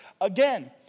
again